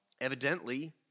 evidently